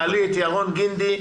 תעלי את ירון גינדי,